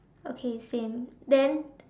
okay same then